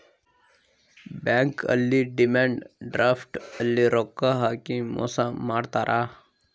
bank ಅಲ್ಲಿ demand draft ಅಲ್ಲಿ ರೊಕ್ಕ ಹಾಕಿ ಮೋಸ ಮಾಡ್ತಾರ